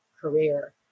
career